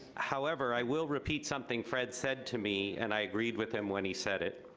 however, i will repeat something fred said to me and i agreed with him when he said it.